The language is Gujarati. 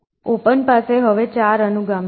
ઓપન પાસે હવે 4 અનુગામી છે